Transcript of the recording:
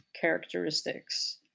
characteristics